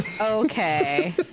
Okay